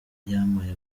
yampaye